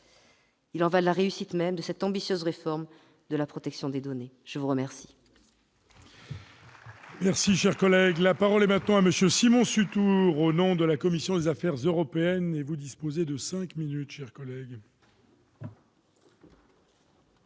Il y va de la réussite même de cette ambitieuse réforme de la protection des données. La parole